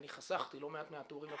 אני חסכתי לא מעט מהתיאורים הפלסטיים,